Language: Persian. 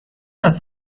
است